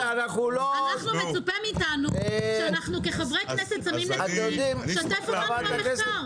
מצופה מחברי הכנסת שכשהם שמים נתונים הם משתפים במחקרים.